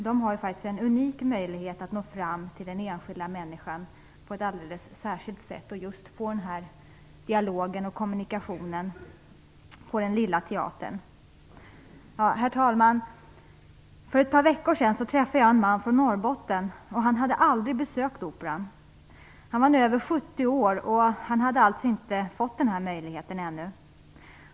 De har ju faktiskt en unik möjlighet att nå fram till den enskilda människan på ett alldeles särskilt sätt och få den här dialogen och kommunikationen på den lilla teatern. Herr talman! För ett par veckor sedan träffade jag en man från Norrbotten. Han hade aldrig besökt Operan. Han var nu över 70 år, och han hade alltså inte fått den här möjligheten ännu.